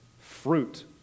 Fruit